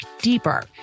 deeper